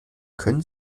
können